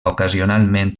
ocasionalment